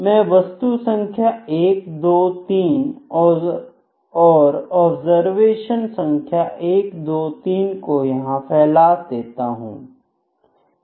मैं वस्तु संख्या123 और ऑब्जरवेशन संख्या 123 को यहां फैला देता हूं